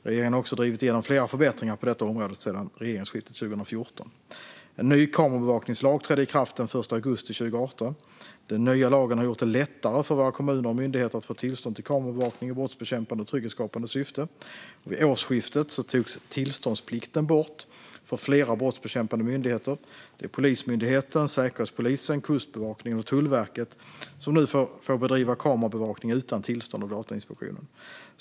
Regeringen har också drivit igenom flera förbättringar på detta område sedan regeringsskiftet 2014. En ny kamerabevakningslag trädde i kraft den 1 augusti 2018. Den nya lagen har gjort det lättare för våra kommuner och myndigheter att få tillstånd till kamerabevakning i brottsbekämpande och trygghetsskapande syfte. Vid årsskiftet togs tillståndsplikten bort för flera brottsbekämpande myndigheter. Polismyndigheten, Säkerhetspolisen, Kustbevakningen och Tullverket får nu bedriva kamerabevakning utan tillstånd av Datainspektionen.